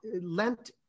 Lent